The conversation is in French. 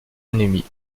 ennemis